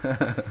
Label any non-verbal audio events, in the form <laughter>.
<laughs>